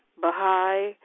Baha'i